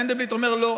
מנדלבליט אומר: לא,